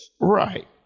Right